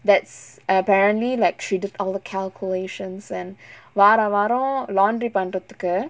that's apparently like she did all the calculations and வார வாரோ:vaara vaaro laundry பண்றதுக்கு:pandrathukku